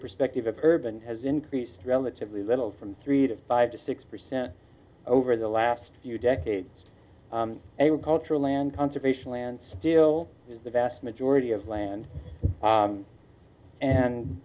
perspective of urban has increased relatively little from three to five to six percent over the last few decades cultural land conservation land still has the vast majority of land